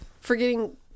forgetting